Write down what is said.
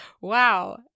Wow